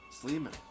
Sleeman